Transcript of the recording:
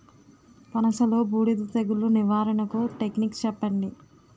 పనస లో బూడిద తెగులు నివారణకు టెక్నిక్స్ చెప్పండి?